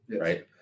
right